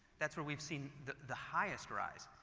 that's where we've seen the the highest rise,